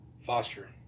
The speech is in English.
Foster